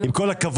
עם כל הכבוד,